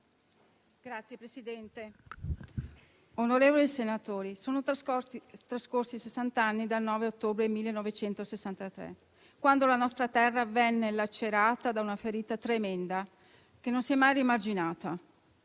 Signor Presidente, onorevoli senatori, sono trascorsi sessant'anni dal 9 ottobre al 1963, quando la nostra terra venne lacerata da una ferita tremenda che non si è mai rimarginata.